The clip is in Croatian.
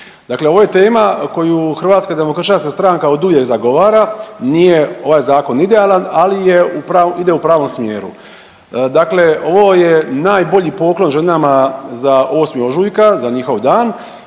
Dakle, ovo je tema koju Hrvatska demokršćanska stranka oduvijek zagovara, nije ovaj zakon idealan, ali je u ide u pravom smjeru. Dakle, ovo je najbolji poklon ženama za 8. ožujka za njihov dan